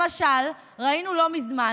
למשל, ראינו לא מזמן